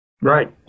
Right